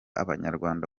abanyarwanda